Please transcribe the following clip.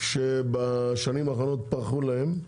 שבשנים האחרונות פרחו להם.